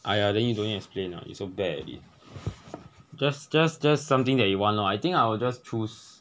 !aiya! then you don't need explain lah you so bad at it just just just something that you want lor I think I will just choose